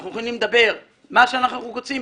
אנחנו יכולים להגיד מה שאנחנו רוצים,